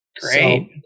Great